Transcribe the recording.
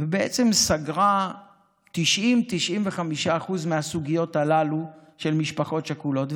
ובעצם סגרה 90% 95% מהסוגיות הללו של משפחות שכולות.